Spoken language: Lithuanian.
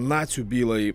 nacių bylai